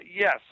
yes